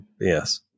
yes